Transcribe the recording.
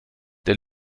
der